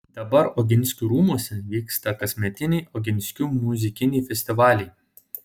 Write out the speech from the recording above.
dabar oginskių rūmuose vyksta kasmetiniai oginskių muzikiniai festivaliai